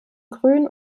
grün